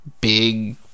big